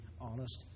honest